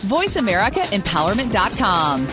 VoiceAmericaEmpowerment.com